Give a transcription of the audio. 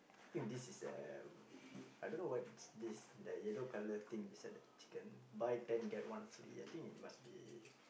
I think this is a I don't know what's this the yellow colour thing beside the chicken buy ten get one free I think it must be